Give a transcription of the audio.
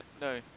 No